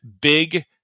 big